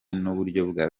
nubwo